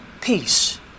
peace